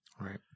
Right